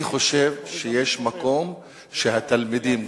אני חושב שיש מקום שהתלמידים,